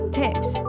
tips